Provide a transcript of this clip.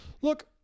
Look